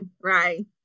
right